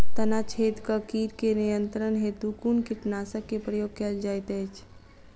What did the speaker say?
तना छेदक कीट केँ नियंत्रण हेतु कुन कीटनासक केँ प्रयोग कैल जाइत अछि?